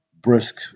brisk